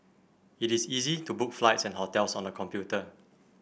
it is easy to book flights and hotels on the computer